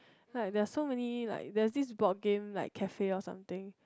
like they are so many like there's this board game like cafe or something